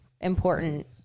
important